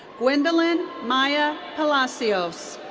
gwendolyn maya palacios.